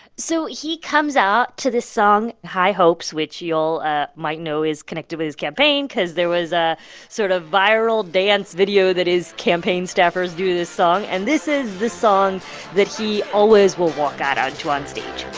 so he comes out to this song, high hopes, which y'all ah might know is connected with his campaign cause there was a sort of viral dance video that his campaign staffers do to this song. and this is the song that he always will walk out out to onstage